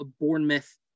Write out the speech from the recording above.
Bournemouth